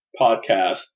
podcast